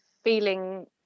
feeling